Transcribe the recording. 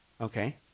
Okay